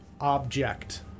object